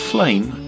Flame